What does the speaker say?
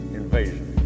invasion